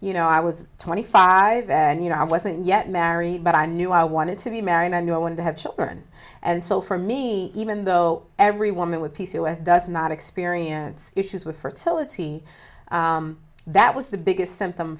you know i was twenty five and you know i wasn't yet married but i knew i wanted to be married i knew i wanted to have children and so for me even though every woman with p c o s does not experience issues with fertility that was the biggest symptom